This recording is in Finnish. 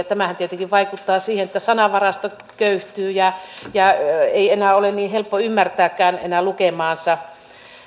tämähän tietenkin vaikuttaa siihen että sanavarasto köyhtyy ja ei enää ole niin helppo ymmärtääkään lukemaansa